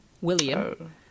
William